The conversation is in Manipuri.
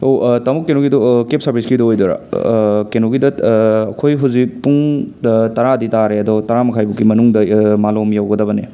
ꯑꯣ ꯇꯥꯃꯣ ꯀꯩꯅꯣꯒꯤꯗꯣ ꯀꯦꯕ ꯁꯔꯕꯤꯁꯀꯤꯗꯣ ꯑꯣꯏꯗꯣꯏꯔꯥ ꯀꯩꯅꯣꯒꯤꯗ ꯑꯩꯈꯣꯏ ꯍꯨꯖꯤꯛ ꯄꯨꯡ ꯇꯔꯥꯗꯤ ꯇꯥꯔꯦ ꯑꯗꯣ ꯇꯔꯥ ꯃꯈꯥꯏ ꯐꯥꯎꯒꯤ ꯃꯅꯨꯡꯗ ꯃꯂꯣꯝ ꯌꯧꯒꯗꯕꯅꯦ